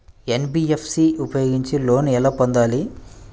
NBFC ఉపయోగించి loan ఎలా పొందాలి?